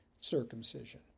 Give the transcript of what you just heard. circumcision